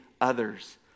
others